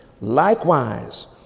likewise